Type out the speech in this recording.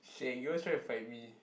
shag you always try to fight with me